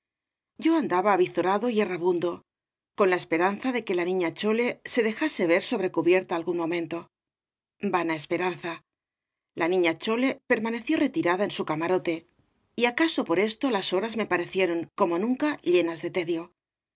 yo andaba avizorado y errabundo con la esperanza de que la niña chole se dejase ver sobre cubierta algún momento vana esperanza la niña chole permaneció retirada en su camarote y acaso por esto las tf obras de valle inclan ig horas me parecieron como nunca llenas de tedio